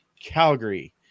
Calgary